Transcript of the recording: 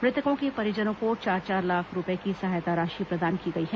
मृतकों के परिजनों को चार चार लाख रूपये की सहायता राशि प्रदान की गई है